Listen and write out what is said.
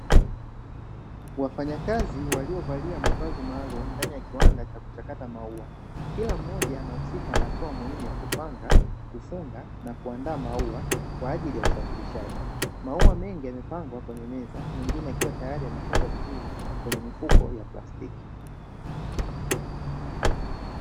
Wafanyakazi waliovalia mavazi maalumu ndani ya kiwanda cha kuchakata maua, kila mmoja anahusika na hatua muhimu ya kupanga, kufunga, na kuandaa maua kwa ajili ya usafirishaji. Maua mengi yamepangwa kwenye meza mengine yakiwa tayari yamefungwa vizuri kwenye mifuko ya plastiki.